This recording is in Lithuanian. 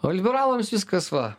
o liberalams viskas va